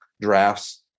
drafts